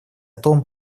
том